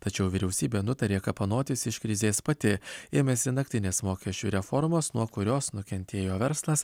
tačiau vyriausybė nutarė kapanotis iš krizės pati ėmėsi naktinės mokesčių reformos nuo kurios nukentėjo verslas